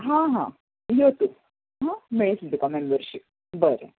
हां हां यो तूं मेळटली तुका मेंबरशीप बरें